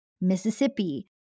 Mississippi